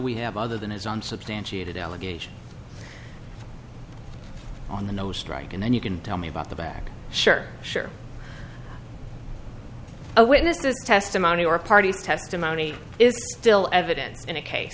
we have other than his unsubstantiated allegation on the no strike and then you can tell me about the back sure sure a witness testimony or parties testimony is still evidence in a case